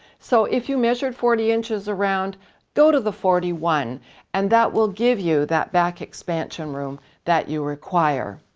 so if you measured forty inches around go to the forty one and that will give you that back expansion room that you require.